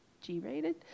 G-rated